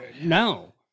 No